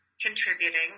contributing